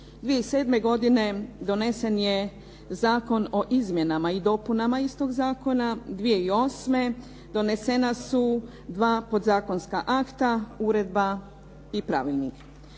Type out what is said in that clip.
2007. godine donesen je Zakon o izmjenama i dopunama istog zakona, 2008. donesena su dva podzakonska akta uredba i pravilnik.